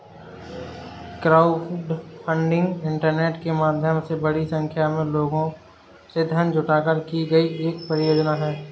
crowdfunding internet के माध्यम से बड़ी संख्या में लोगों से धन जुटाकर की गई एक परियोजना है